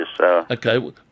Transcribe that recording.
Okay